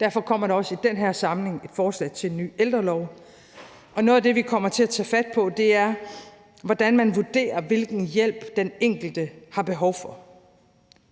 derfor kommer der også i den her samling et forslag til en ny ældrelov, og noget af det, vi kommer til at tage fat på, er, hvordan man vurderer, hvilken hjælp den enkelte har behov for.